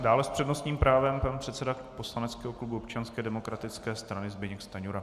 Dále s přednostním právem pan předseda poslaneckého klubu Občanské demokratické strany Zbyněk Stanjura.